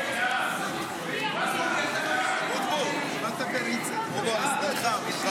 פריצה למתקן ביטחוני), התשפ"ה 2024, לא נתקבלה.